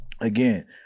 again